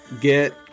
get